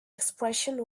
expression